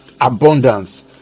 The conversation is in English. abundance